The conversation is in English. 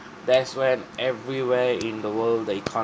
that's when everywhere in the world the economy